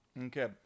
Okay